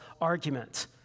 argument